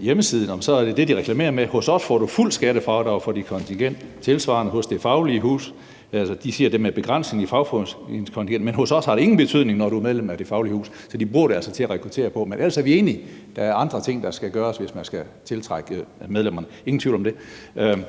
hjemmeside, er det det, de reklamerer med: Hos os får du fuldt skattefradrag for dit kontingent. Tilsvarende hos Det Faglige Hus. Her siger de om det med begrænsningen i fagforeningskontingent, at det ikke har nogen betydning hos dem, når man er medlem af Det Faglige Hus. Så de bruger det altså til at rekruttere – men ellers er vi enige. Det er andre ting, der skal gøres, hvis man skal tiltrække medlemmer, ingen tvivl om det.